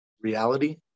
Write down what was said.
reality